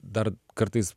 dar kartais